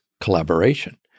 collaboration